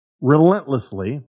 relentlessly